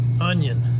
onion